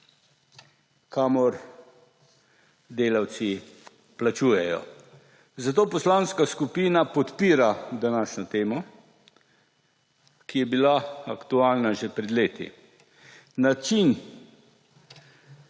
kamor delavci vplačujejo. Zato poslanska skupina podpira današnjo temo, ki je bila aktualna že pred leti. Način,